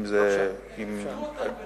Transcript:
הם איחדו אותן בנשיאות.